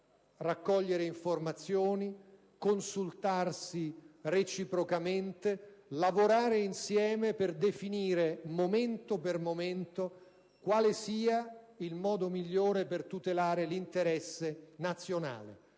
raccogliere informazioni, consultarsi reciprocamente, lavorare insieme per definire momento per momento quale sia il modo migliore per tutelare l'interesse nazionale: